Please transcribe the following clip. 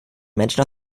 menschen